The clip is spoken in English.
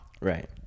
right